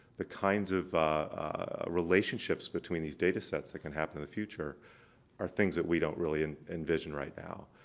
the kinds of relationships between these data sets that can happen in the future are things that we don't really envision right now.